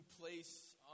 place